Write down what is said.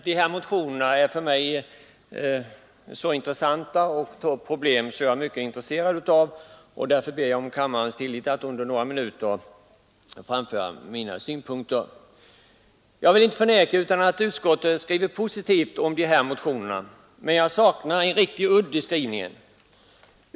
Dessa tar emellertid upp problem som jag är mycket intresserad av, och därför ber jag om kammarens tillstånd att under några minuter framföra mina synpunkter. Jag vill inte förneka att utskottet skriver positivt om motionerna, men jag saknar en riktig udd i skrivningen.